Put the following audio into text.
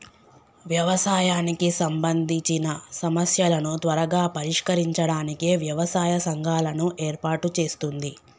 వ్యవసాయానికి సంబందిచిన సమస్యలను త్వరగా పరిష్కరించడానికి వ్యవసాయ సంఘాలను ఏర్పాటు చేస్తుంది